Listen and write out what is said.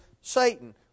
Satan